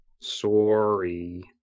Sorry